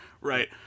right